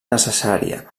necessària